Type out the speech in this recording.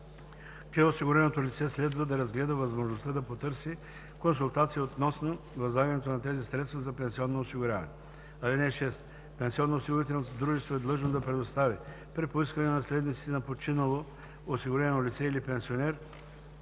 че осигуреното лице следва да разгледа възможността да потърси консултация относно влагането на тези средства за пенсионно осигуряване. (6) Пенсионноосигурителното дружество е длъжно да предостави при поискване на наследниците на починало осигурено лице или пенсионер